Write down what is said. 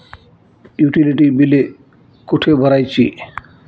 Utility बिले कुठे भरायची?